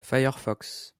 firefox